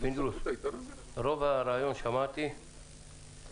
אחזור על מה שכבר אמרתי בפגישה בשבוע שעבר.